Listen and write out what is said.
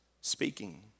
speaking